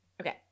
Okay